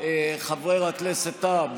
חבר הכנסת טאהא,